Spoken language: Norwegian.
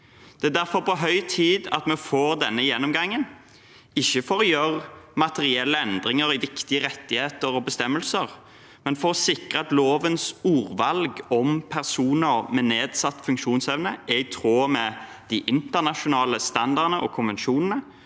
Det er derfor på høy tid at vi får denne gjennomgangen, ikke for å gjøre materielle endringer i viktige rettigheter og bestemmelser, men for å sikre at lovens ordvalg om personer med nedsatt funksjonsevne er i tråd med de internasjonale standardene og konvensjonene,